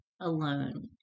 alone